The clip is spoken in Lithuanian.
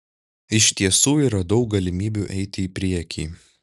iš tiesų yra daug galimybių eiti į priekį